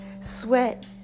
Sweat